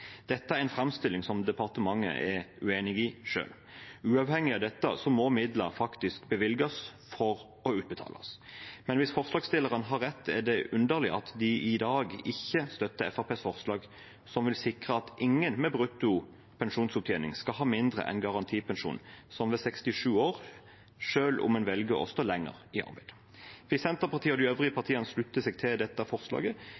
Dette er en framstilling som departementet er uenig i selv. Uavhengig av dette må midler faktisk bevilges for å utbetales. Men hvis forslagsstillerne har rett, er det underlig at de i dag ikke støtter Fremskrittspartiets forslag, som vil sikre at ingen med bruttopensjonsordning skal ha mindre enn garantipensjon som ved 67 år, selv om en velger å stå lenger i arbeid. Hvis Senterpartiet og de øvrige partiene slutter seg til dette forslaget,